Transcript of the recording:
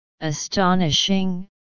Astonishing